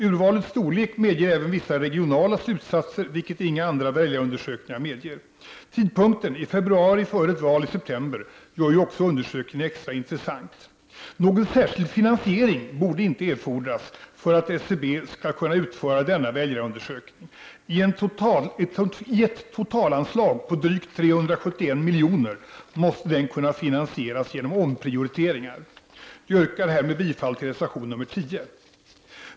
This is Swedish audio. Urvalets storlek medger även vissa regionala slutsatser, vilket inga andra väljarundersökningar medger. Tidpunkten, i februari före ett val i september, gör ju också undersökningen extra intressant. Någon särskild finansiering borde inte erfordras för att SCB skall kunna utföra denna väljarundersökning. I ett totalanslag på drygt 371 milj.kr. måste den kunna finansieras genom omprioriteringar. Jag yrkar härmed bifall till reservation nr 10.